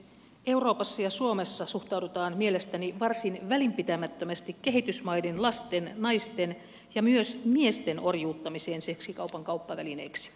euroopassa ja suomessa suhtaudutaan mielestäni varsin välinpitämättömästi kehitysmaiden lasten naisten ja myös miesten orjuuttamiseen seksikaupan kauppavälineiksi